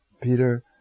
Peter